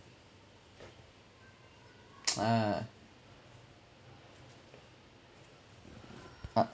uh uh